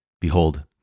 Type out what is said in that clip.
Behold